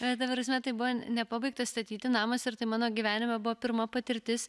ta prasme tai buvo nepabaigtas statyti namas ir tai mano gyvenime buvo pirma patirtis